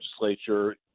legislature